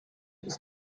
ist